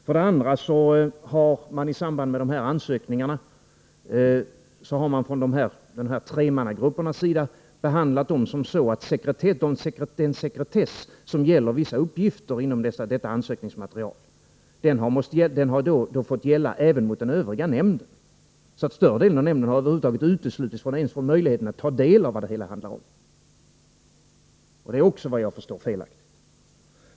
För det andra har dessa tremannagrupper behandlat ansökningarna så, att den sekretess som gäller vissa uppgifter inom detta ansökningsmaterial fått gälla även gentemot den övriga nämnden. Större delen av nämnden har uteslutits från möjligheten att ens ta del av vad det hela handlar om. Det är också vad jag förstår felaktigt.